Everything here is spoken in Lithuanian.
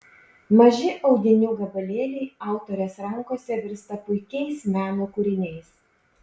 maži audinių gabalėliai autorės rankose virsta puikiais meno kūriniais